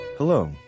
Hello